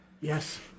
Yes